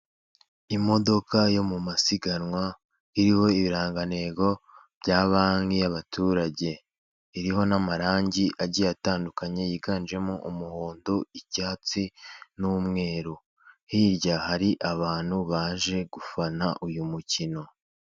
Imodoka yo mu masiganwa iriho ibirangantego bya banki y'abaturage, iriho n'amarangi agiye atandukanye yiganjemo, umuhondo, icyatsi n'umweru hirya hari abantu baje gufana uyu mukino.